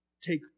Take